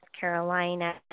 Carolina